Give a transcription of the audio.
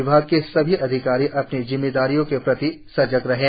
विभाग के सभी अधिकारी अपनी जिम्मेदारियों के प्रति सजग रहें